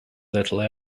little